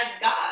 God